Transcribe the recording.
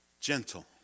gentle